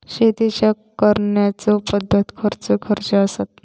शेतीच्या करण्याचे पध्दती खैचे खैचे आसत?